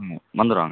ம் வந்துடுவாங்க